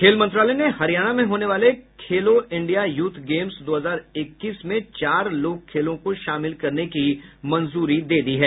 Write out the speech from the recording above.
खेल मंत्रालय ने हरियाणा में होने वाले खेले इंडिया यूथ गेम्स दो हजार इक्कीस में चार लोक खेलों को शामिल करने की मंजूरी दी है